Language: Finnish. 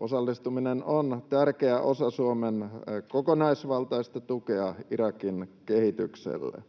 Osallistuminen on tärkeä osa Suomen kokonaisvaltaista tukea Irakin kehitykselle.